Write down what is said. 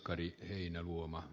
arvoisa puhemies